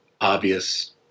obvious